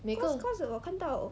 每个